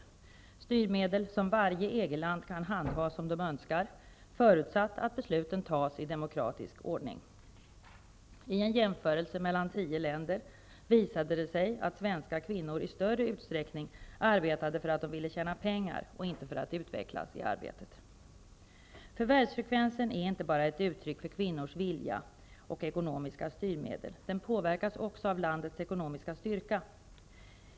Det är styrmedel som varje land kan handha som det önskar förutsatt att besluten fattas i demokratisk ordning. I en jämförelse mellan tio länder visade det sig att svenska kvinnor i större utsträckning arbetade för att de ville tjäna pengar och inte för att utvecklas i arbetet. Förvärvsfrekvensen är inte bara ett uttryck för kvinnors vilja och ekonomiska styrmedel. Den påverkas också av landets ekonomiska styrka.